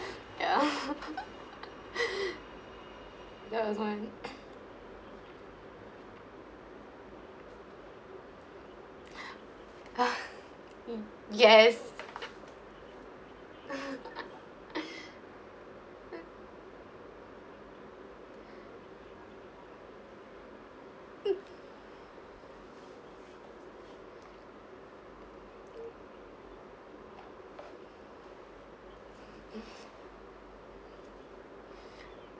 ya that was one yes